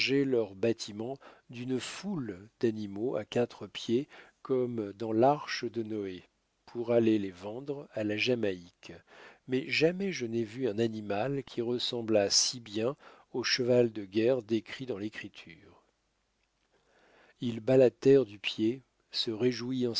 leurs bâtiments d'une foule d'animaux à quatre pieds comme dans l'arche de noé pour aller les vendre à la jamaïque mais jamais je n'ai vu un animal qui ressemblât si bien au cheval de guerre décrit dans lécriture ils ba la terre du pied se réjouit